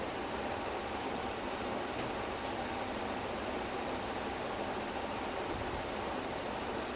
ya sia like him allu arjun and like a few others like their dancing is unprecedented